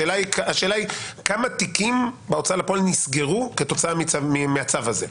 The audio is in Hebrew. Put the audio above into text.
השאלה היא כמה תיקים בהוצאה לפועל נסגרו כתוצאה מהצו הזה,